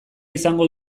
izango